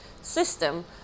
system